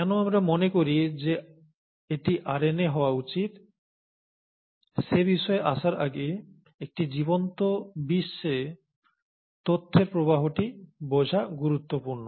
কেন আমরা মনে করি যে এটি আরএনএ হওয়া উচিত সে বিষয়ে আসার আগে একটি জীবন্ত বিশ্বে তথ্যের প্রবাহটি বোঝা গুরুত্বপূর্ণ